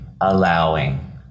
allowing